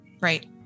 Right